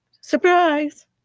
Surprise